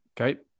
okay